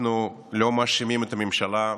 אנחנו לא מאשימים את הממשלה,